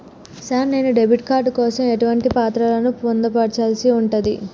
Sir నేను debit card కోసం ఎటువంటి పత్రాలను పొందుపర్చాల్సి ఉంటది?